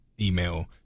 email